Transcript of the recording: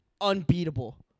unbeatable